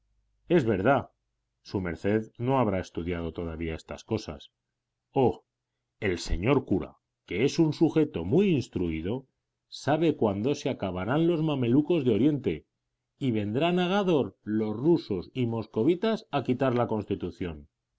es verdad su merced no habrá estudiado todavía de estas cosas oh el señor cura que es un sujeto muy instruido sabe cuándo se acabarán los mamelucos de oriente y vendrán a gádor los rusos y moscovitas a quitar la constitución